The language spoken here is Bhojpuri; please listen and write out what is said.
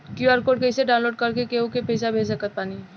क्यू.आर कोड कइसे डाउनलोड कर के केहु के भेज सकत बानी?